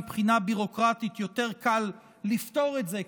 מבחינה ביורוקרטית יותר קל לפתור את זה,